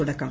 തുടക്കം